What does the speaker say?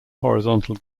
horizontal